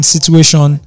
Situation